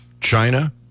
China